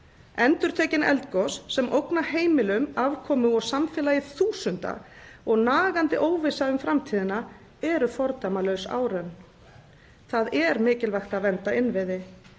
endurtekin eldgos sem ógna heimilum, afkomu og samfélagi þúsunda og nagandi óvissa um framtíðina eru fordæmalaus áraun. Það er mikilvægt að vernda innviði